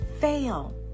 fail